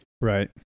right